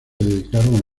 dedicaron